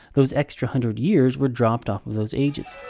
those extra hundred years were dropped off of those ages.